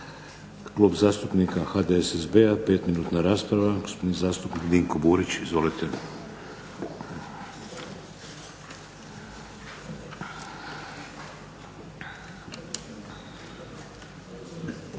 Klub zastupnika HDSSB-a, 5-minutna rasprava, gospodin zastupnik Dinko Burić. Izvolite.